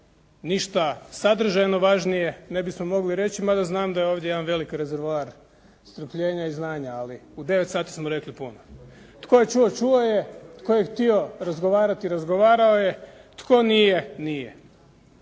ništa sadržajno važnije ne bismo mogli reći, ma da znam da je ovdje jedan veliki rezervoar strpljenja i znanja, ali u 9 sati smo rekli puno. Tko je čuo, čuo je. Tko je htio razgovarati, razgovarao je. Tko nije, nije.